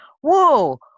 whoa